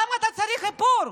למה אתה צריך איפור?